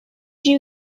you